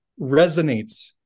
resonates